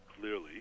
clearly